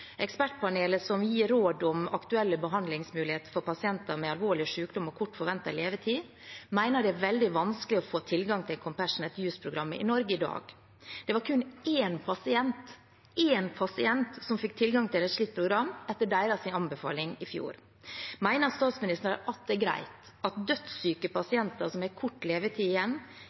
Ekspertpanelet som gir råd om aktuelle behandlingsmuligheter for pasienter med alvorlig sykdom og kort forventet levetid, mener det er veldig vanskelig å få tilgang til «compassionate use»-programmet i Norge i dag. Det var kun én pasient – én pasient – som fikk tilgang til et slikt program etter deres anbefaling i fjor. Mener statsministeren at det er greit at dødssyke pasienter som har kort levetid igjen,